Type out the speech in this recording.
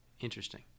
Interesting